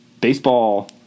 baseball